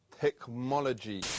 Technology